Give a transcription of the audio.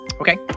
Okay